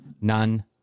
none